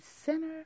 Center